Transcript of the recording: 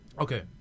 Okay